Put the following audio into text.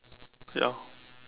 ya